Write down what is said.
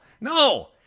no